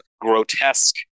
grotesque